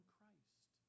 Christ